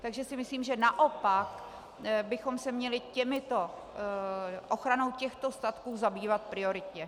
Takže si myslím, že naopak bychom se měli ochranou těchto statků zabývat prioritně.